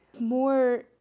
more